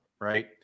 right